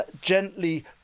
gently